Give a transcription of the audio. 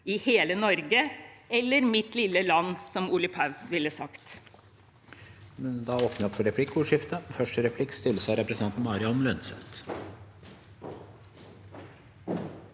i hele Norge, eller i «Mitt lille land», som Ole Paus ville sagt.